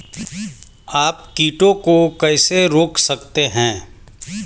आप कीटों को कैसे रोक सकते हैं?